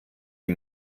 die